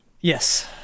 yes